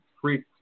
free